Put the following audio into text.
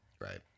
right